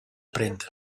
prenda